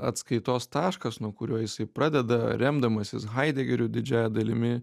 atskaitos taškas nuo kurio jisai pradeda remdamasis haidegeriu didžiąja dalimi